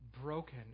broken